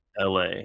LA